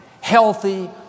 healthy